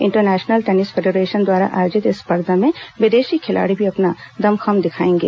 international Tennis Federation द्वारा आयोजित इस स्पर्धा में विदेशों खिलाड़ी भी अपना दमखम दिखाएंगे